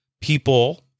people